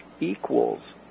equals